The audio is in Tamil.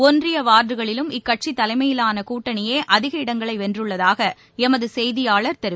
ஒன்றிய வார்டுகளிலும் இக்கட்சி தலைமையிலான கூட்டணியே அதிக இடங்களை வென்றுள்ளதாக எமது செய்தியாளர் தெரிவிக்கிறார்